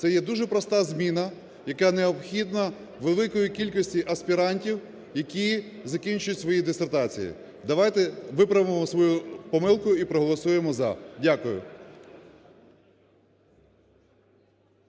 Це є дуже проста зміна, яка необхідна великій кількості аспірантів, які закінчують свої дисертації. Давайте виправимо свою помилку і проголосуємо "за". Дякую.